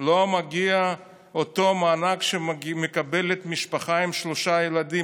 לא מגיע אותו מענק שמקבלת משפחה עם שלושה ילדים,